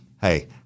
Hey